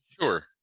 sure